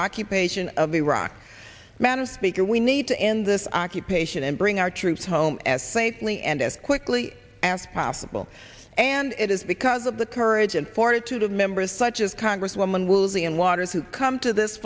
occupation of iraq man a speaker we need to end this occupation and bring our troops home as safely and as quickly as possible and it is because of the courage and fortitude of members such as congresswoman woozy and waters who come to this